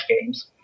games